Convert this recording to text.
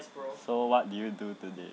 so what do you do today